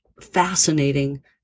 fascinating